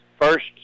First